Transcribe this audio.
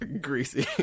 Greasy